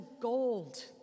gold